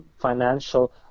financial